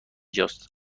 جاست